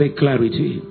clarity